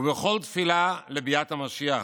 ובכל תפילה לביאת המשיח.